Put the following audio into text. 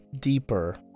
deeper